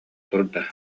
турда